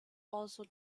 also